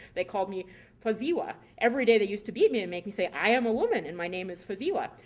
they called me faziwa. every day they used to beat me and make me say i am a woman and my name is faziwa.